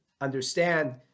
understand